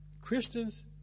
christians